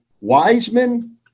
Wiseman